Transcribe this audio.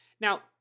Now